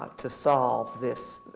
ah to solve this